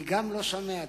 אני גם לא שומע טוב.